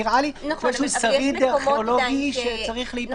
נראה לי שיש לו שריד ארכיאולוגי שצריך להיפטר ממנו.